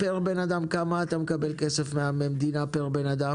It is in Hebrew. כמה כסף אתה מקבל מהמדינה פר אדם?